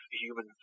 human